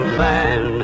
man